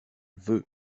veut